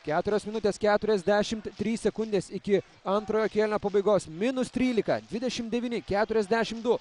keturios minutės keturiasdešim trys sekundės iki antrojo kėlinio pabaigos minus trylika dvidešim devyni keturiasdešim du